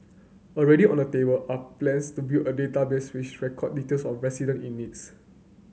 already on the table are plans to build a database which record details of resident in needs